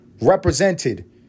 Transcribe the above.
represented